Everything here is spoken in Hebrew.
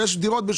ויש דירות,